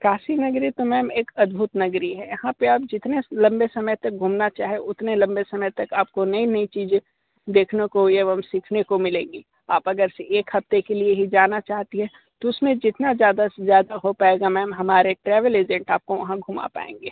काशी नगरी तो मैम एक अद्भुद नगरी हैं यहाँ पर आप जितने लम्बे समय तक घूमना चाहे उतने लम्बे समय तक आपको नई नई चीज़ें देखने को एवं सीखने को मिलेगी आप अगर एक हफ्ते के लिए जाना चाहती हैं तो उसमें जितना ज़्यादा से ज़्यादा हो पाएगा मैम हमारे ट्रेवल एजेंट आपको वहाँ घूमा पाएंगे